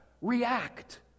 react